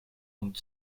und